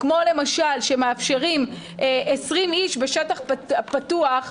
כמו למשל שמאפשרים 20 איש בשטח פתוח,